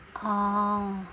ah